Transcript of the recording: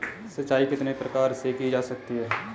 सिंचाई कितने प्रकार से की जा सकती है?